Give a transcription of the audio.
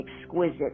exquisite